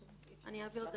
כך או כך